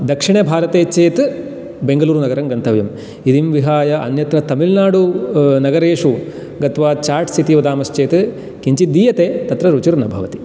दक्षिणभारते चेत् बेङ्गलूरुनगरङ्गन्तव्यं इदं विहाय अन्यत्र तमिल्नाडुनगरेषु गत्वा चाट्स् इति वदामश्चेत् किञ्चिद् दीयते तत्र रुचिर्न भवति